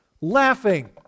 laughing